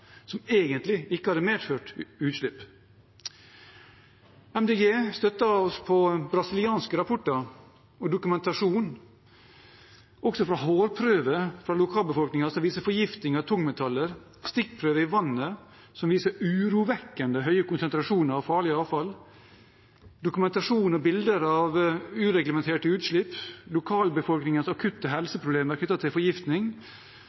som egentlig ikke hadde medført utslipp. Miljøpartiet De Grønne støtter seg på brasilianske rapporter og dokumentasjon – hårprøver fra lokalbefolkningen som viser forgiftning av tungmetaller, stikkprøver av vannet som viser urovekkende høy konsentrasjon av farlig avfall, dokumentasjon og bilder av ureglementerte utslipp, lokalbefolkningens akutte helseproblemer knyttet til forgiftning